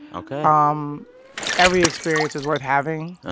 um every experience is worth having,